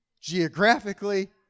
geographically